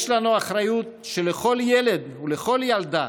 יש לנו אחריות שלכל ילד ולכל ילדה,